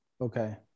Okay